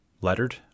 lettered